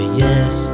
yes